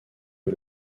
que